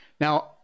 Now